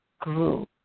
grew